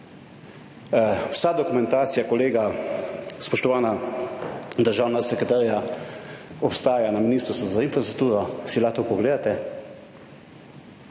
Vsa dokumentacija, kolega, spoštovana državna sekretarja, obstaja na Ministrstvu za infrastrukturo, si lahko pogledate.